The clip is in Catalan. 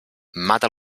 mata